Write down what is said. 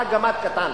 אתה גמד קטן.